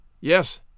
yes